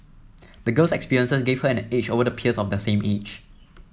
the girl's experiences gave her an edge over her peers of the same age